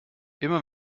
immer